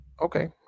Okay